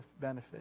benefit